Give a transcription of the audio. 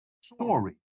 Story